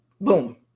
Boom